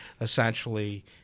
essentially